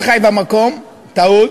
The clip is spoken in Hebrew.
לא, ההערה שלך היא במקום, טעות.